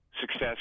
success